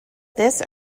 this